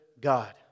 God